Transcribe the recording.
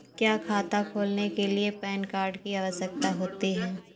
क्या खाता खोलने के लिए पैन कार्ड की आवश्यकता होती है?